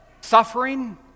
suffering